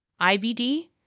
IBD